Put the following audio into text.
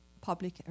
public